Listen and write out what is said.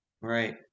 Right